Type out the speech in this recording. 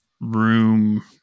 room